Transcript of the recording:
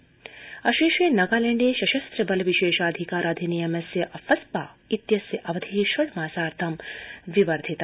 नगालैण्ड अशेषे नागालैण्डे संशस्त्र बल विशेषाधिकार अधिनियमस्य अफ़स्पा इत्यस्य अवधि षड् मासार्थं विवर्धित